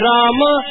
Rama